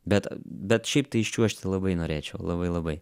bet bet šiaip tai iščiuožti labai norėčiau labai labai